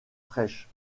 fraîches